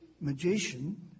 magician